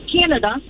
Canada